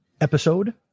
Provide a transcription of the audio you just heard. episode